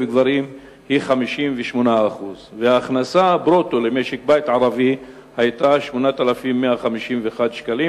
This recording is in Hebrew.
גברים היא 58%. וההכנסה ברוטו למשק-בית ערבי היתה 8,151 שקלים,